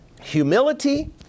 Humility